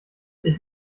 ich